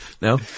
No